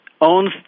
owns